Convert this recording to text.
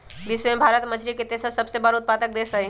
विश्व में भारत मछरी के तेसर सबसे बड़ उत्पादक देश हई